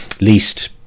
least